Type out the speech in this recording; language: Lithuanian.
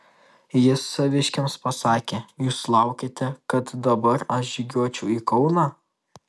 jis saviškiams pasakė jūs laukiate kad dabar aš žygiuočiau į kauną